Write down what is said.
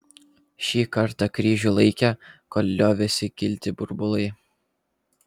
šį kartą kryžių laikė kol liovėsi kilti burbulai